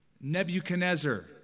Nebuchadnezzar